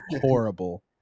horrible